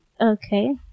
okay